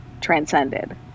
transcended